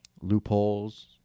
loopholes